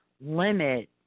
limit